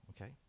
okay